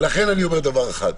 ולכן אני אומר דבר אחד,